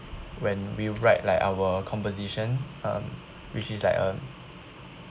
when we write like our conversation um which is like a